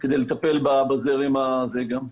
כדי לטפל בזרם הזה גם.